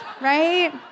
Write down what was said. right